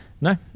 no